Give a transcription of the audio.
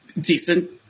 decent